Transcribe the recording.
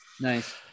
Nice